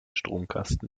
stromkasten